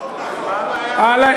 לא קראת את החוק, אז מה הבעיה, על,